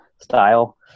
style